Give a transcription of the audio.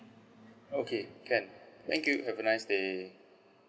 okay can thank you have a nice day